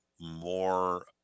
more